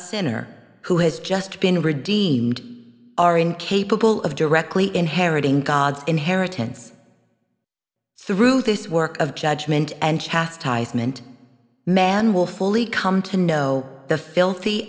sinner who has just been redeemed are incapable of directly inheriting god's inheritance through this work of judgment and chastisement man will fully come to know the filthy